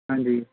ਹਾਂਜੀ